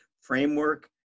framework